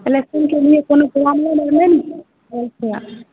एलेक्सनके लिए कोनो काम नहि रहे नहि ने रहैत छै